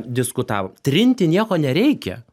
diskutavom trinti nieko nereikia